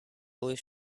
blue